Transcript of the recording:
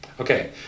Okay